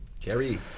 Carrie